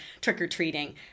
trick-or-treating